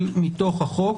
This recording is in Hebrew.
מתוך החוק.